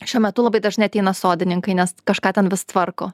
šiuo metu labai dažnai ateina sodininkai nes kažką ten vis tvarko